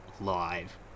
live